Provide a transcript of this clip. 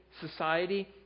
society